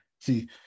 See